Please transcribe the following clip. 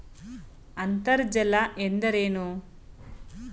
ಅಂತರ್ಜಲ ಎಂದರೇನು?